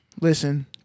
listen